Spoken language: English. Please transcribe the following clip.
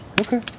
Okay